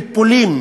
ובפלפולים